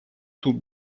тут